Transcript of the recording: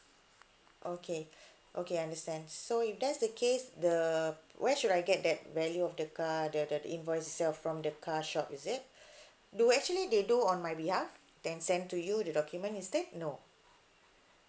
okay okay I understand so if that's the case the where should I get that value of the car the the invoice itself from the car shop is it do actually they do on my behalf then send to you the document instead no